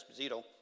Esposito